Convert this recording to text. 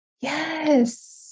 Yes